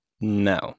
no